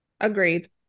Agreed